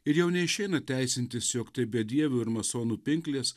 ir jau neišeina teisintis jog tai bedievių ir masonų pinklės